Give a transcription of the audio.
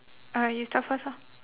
uh you start first ah